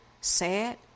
sad